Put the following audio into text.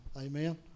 Amen